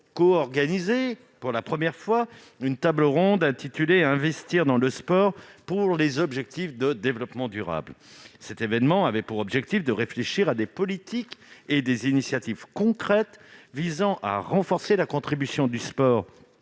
coorganisé, pour la première fois, une table ronde intitulée « Investir dans le sport pour les ODD ». Cet événement avait pour objectif de réfléchir à des politiques et des initiatives concrètes visant à renforcer la contribution du sport